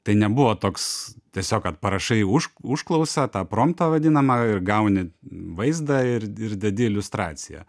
tai nebuvo toks tiesiog kad parašai už užklausą tą promptą vadinamą ir gauni vaizdą ir ir dedi iliustraciją